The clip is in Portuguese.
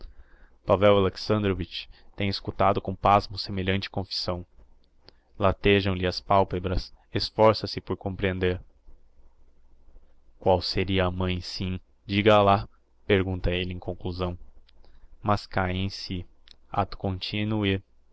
pavel alexandrovitch tem escutado com pasmo semelhante confissão latejam lhe as palpebras esforça se por comprehender qual seria a mãe sim diga lá pergunta elle em conclusão mas cae em si acto continuo e